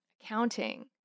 accounting